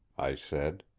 i said.